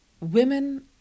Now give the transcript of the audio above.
women